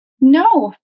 no